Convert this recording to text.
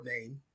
name